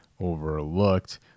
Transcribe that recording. overlooked